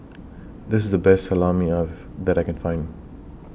This IS The Best Salami that I Can Find